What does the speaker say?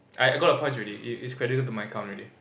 I I got the points already it it's accredited into my account already